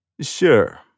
Sure